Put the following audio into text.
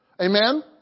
Amen